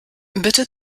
bitte